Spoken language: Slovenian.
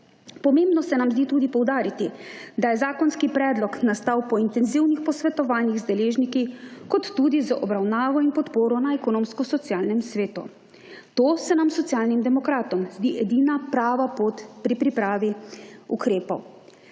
Pomembno se nam zdi tudi poudariti, da je zakonski predlog nastal po intenzivnih posvetovanjih z deležniki kot tudi z obravnavo in podporo na Ekonomsko-socialnem svetu. To se nam Socialnim demokratom zdi edina prava pot pri pripravi ukrepov.